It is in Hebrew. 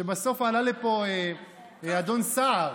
שבסוף עלה לפה אדון סער